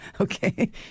Okay